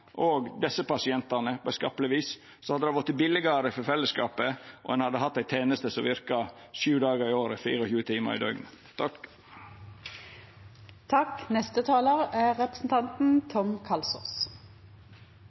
desse pasientane på eit skapleg vis. Det hadde vorte billigare for fellesskapet, og ein hadde hatt ei teneste som verka sju dagar i veka og 24 timar i døgnet.